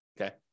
okay